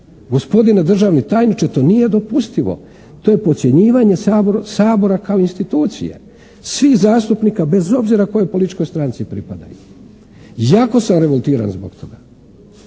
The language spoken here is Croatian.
Gospodine državni tajniče to nije dopustivo. To je podcjenjivanje Sabora kao institucije, svih zastupnika bez obzira kojoj političkoj stranci pripadaju. Jako sam revoltiran zbog toga.